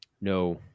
No